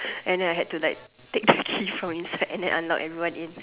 and then I had to like take the key from inside and then unlock everyone in